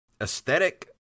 aesthetic